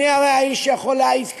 אני הרי האיש שיכול להעיד כאן.